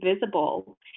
visible